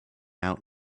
out